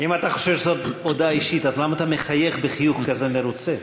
אם אתה חושב שזו הודעה אישית אז למה אתה מחייך בחיוך כזה מרוצה?